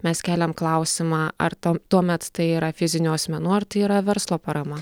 mes keliam klausimą ar tam tuomet tai yra fizinių asmenų ar tai yra verslo parama